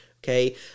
okay